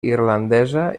irlandesa